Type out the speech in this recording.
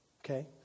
Okay